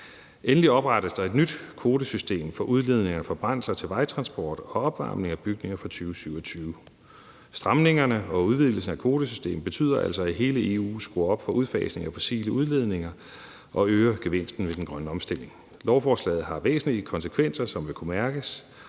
Endelig oprettes der et nyt kvotesystem for udledninger fra brændsler fra vejtransport og opvarmning af bygninger fra 2027. Stramningerne og udvidelsen af kvotesystemet betyder altså, at man i hele EU skruer op for udfasningen af fossile udledninger, og at man øger gevinsten ved den grønne omstilling. Lovforslaget har væsentlige konsekvenser, som vil kunne mærkes